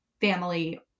family